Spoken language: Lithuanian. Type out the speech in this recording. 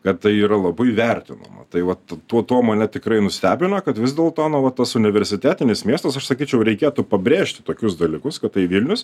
kad tai yra labai vertinama tai vat tuo tuo mane tikrai nustebino kad vis dėl to nu va tas universitetinis miestas aš sakyčiau reikėtų pabrėžti tokius dalykus kad tai vilnius